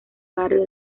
barrio